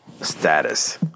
status